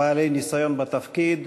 בעלי ניסיון בתפקיד.